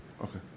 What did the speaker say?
Okay